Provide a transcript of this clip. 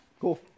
cool